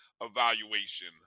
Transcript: evaluation